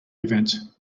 event